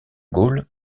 gaulle